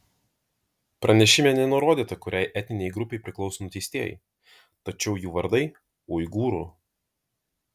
pranešime nenurodyta kuriai etninei grupei priklauso nuteistieji tačiau jų vardai uigūrų